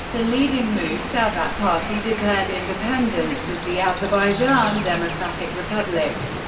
the leading musavat party declared independence as the azerbaijan democratic republic,